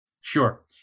Sure